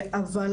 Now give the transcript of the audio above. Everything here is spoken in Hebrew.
אבל,